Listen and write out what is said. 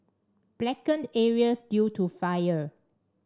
blackened areas due to fire